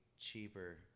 cheaper